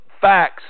facts